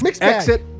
exit